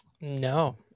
No